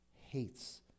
hates